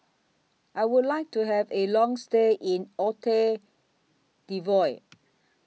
I Would like to Have A Long stay in